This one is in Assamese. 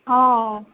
অঁ